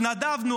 התנדבנו,